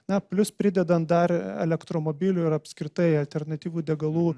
na plius pridedant dar elektromobilių ir apskritai alternatyvių degalų